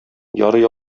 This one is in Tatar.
ярый